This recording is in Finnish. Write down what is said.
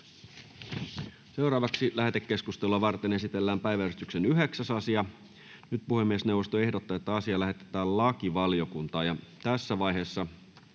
Content: Lähetekeskustelua varten esitellään päiväjärjestyksen 10. asia. Puhemiesneuvosto ehdottaa, että asia lähetetään lakivaliokuntaan.